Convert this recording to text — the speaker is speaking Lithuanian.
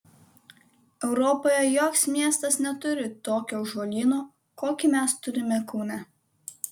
europoje joks miestas neturi tokio ąžuolyno kokį mes turime kaune